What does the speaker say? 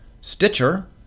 Stitcher